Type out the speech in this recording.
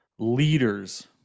leaders